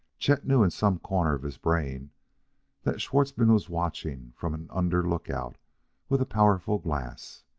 chet knew in some corner of his brain that schwartzmann was watching from an under lookout with a powerful glass,